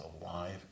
alive